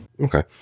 Okay